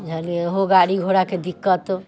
बुझलियै ओहो गाड़ी घोड़ाके दिक्कत